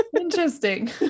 Interesting